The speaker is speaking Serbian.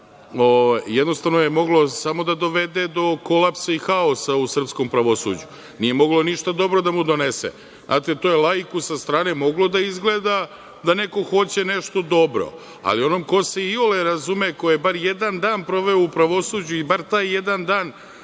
jednostavno je moglo samo da dovede do kolapsa i haosa u srpskom pravosuđu. Nije moglo ništa dobro da mu donese. To je laiku sa strane moglo da izgleda da neko hoće nešto dobro, ali onom ko se iole razume, ko je bar jedan dan proveo u pravosuđu i bar taj jedan dan